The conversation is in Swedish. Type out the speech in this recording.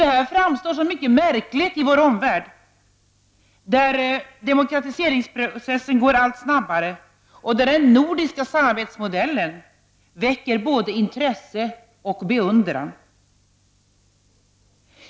Det här framstår som mycket märkligt i vår omvärld, där demokratiseringsprocessen går allt snabbare och där den nordiska samarbetsmodellen väcker både intresse och beundran.